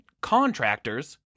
contractors